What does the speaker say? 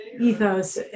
ethos